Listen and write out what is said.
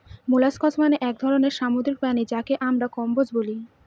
molluscs মানে এক ধরনের সামুদ্রিক প্রাণী যাকে আমরা কম্বোজ বলি